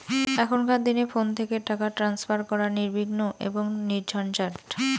এখনকার দিনে ফোন থেকে টাকা ট্রান্সফার করা নির্বিঘ্ন এবং নির্ঝঞ্ঝাট